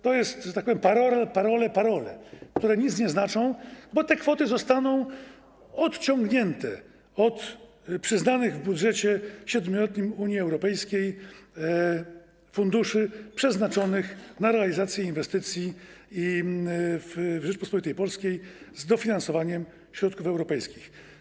To są, że tak powiem, parole, parole, parole, które nic nie znaczą, bo te kwoty zostaną odciągnięte od przyznanych w budżecie 7-letnim Unii Europejskiej funduszy przeznaczonych na realizację inwestycji w Rzeczypospolitej Polskiej z dofinansowaniem środków europejskich.